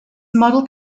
model